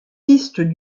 pistes